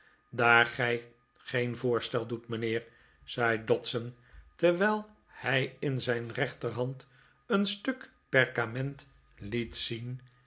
daar gij geen voorstel doet mijnheer zei dodson terwijl hij in zijn rechterhand een stuk perkament liet zien